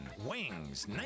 Wings